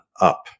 up